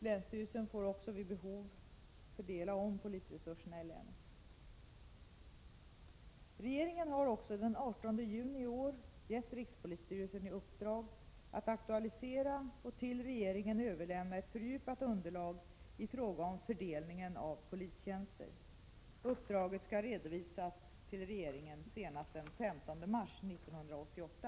Länsstyrelsen får också vid behov fördela om polisresurserna i länet. Regeringen har också den 18 juni i år gett rikspolisstyrelsen i uppdrag att aktualisera och till regeringen överlämna ett fördjupat underlag i fråga om omfördelning av polistjänster. Uppdraget skall redovisas till regeringen senast den 15 mars 1988.